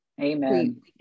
Amen